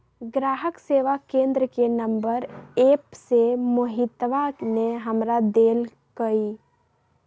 ग्राहक सेवा केंद्र के नंबर एप्प से मोहितवा ने हमरा देल कई